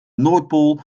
noordpool